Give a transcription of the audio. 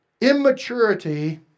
Immaturity